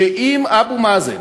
שאם אבו מאזן